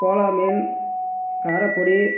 Cola மீன் காரப் பொடி